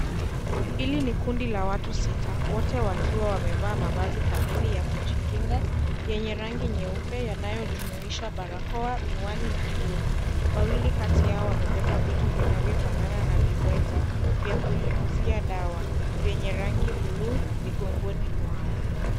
Hili ni kundi la watu sita na wote wakiwa wamevaa mavazi kamili ya kujikinga yenye rangi nyeupe yanayojumuisha barakoa, miwani na glovu. Wawili kati yao wamebeba vitu vinavyofanana na vibweta vya kunyunyizia dawa vyenye rangi (cs)blue(cs) migongoni mwao.